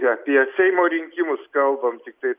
apie seimo rinkimus kalbam tiktai